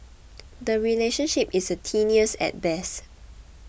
the relationship is a tenuous at best